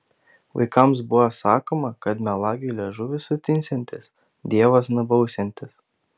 vaikams buvo sakoma kad melagiui liežuvis sutinsiantis dievas nubausiantis